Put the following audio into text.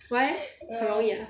why 很容易 ah